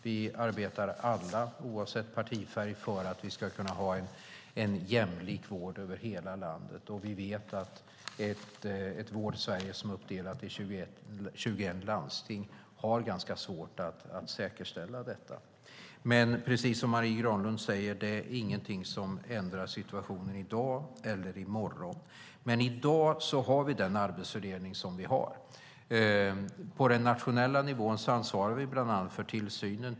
Vi arbetar alla, oavsett partifärg, för att vi ska kunna ha en jämlik vård över hela landet. Vi vet att ett Vårdsverige som är uppdelat i 21 landsting har ganska svårt att säkerställa detta. Precis som Marie Granlund säger är det ingenting som ändrar situationen i dag eller i morgon. I dag har vi den arbetsfördelning vi har. På den nationella nivån ansvarar vi bland annat för tillsynen.